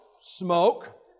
smoke